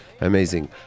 Amazing